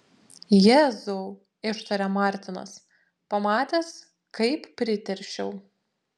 jėzau ištarė martinas pamatęs kaip priteršiau